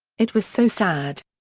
it was so sad.